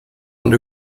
und